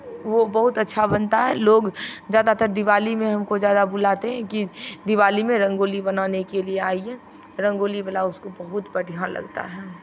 वो बहुत अच्छा बनता है लोग ज़्यादातर दिवाली में हम को ज़्यादा बुलाते हैं कि दिवाली में रंगोली बनाने के लिये आइये रंगोली वाला उसको बहुत बढ़ियाँ लगता हैं